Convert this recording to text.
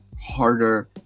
harder